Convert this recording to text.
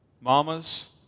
Mama's